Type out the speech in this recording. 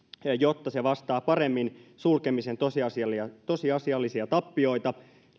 jotta se vastaa paremmin sulkemisen tosiasiallisia tosiasiallisia tappioita